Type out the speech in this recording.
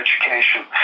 education